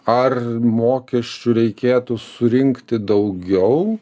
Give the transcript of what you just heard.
ar mokesčių reikėtų surinkti daugiau